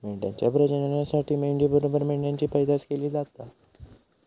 मेंढ्यांच्या प्रजननासाठी मेंढी बरोबर मेंढ्यांची पैदास केली जाता